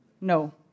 No